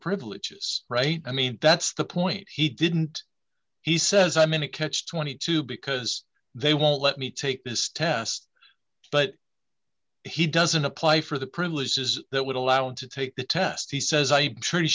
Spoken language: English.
privileges right i mean that's the point he didn't he says i'm in a catch twenty two because they won't let me take this test but he doesn't apply for the privileges that would allow him to take the test he says i